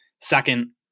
second